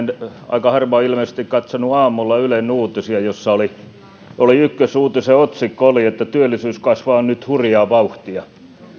aika harva on ilmeisesti katsonut aamulla ylen uutisia joissa ykkösuutisen otsikko oli että työllisyys kasvaa nyt hurjaa vauhtia